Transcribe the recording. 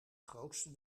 grootste